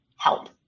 help